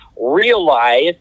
realize